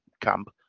camp